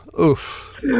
Oof